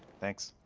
thanks.